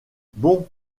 bon